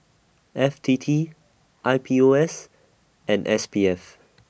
F T T I P O S and S P F